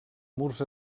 murs